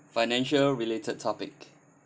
financial related topic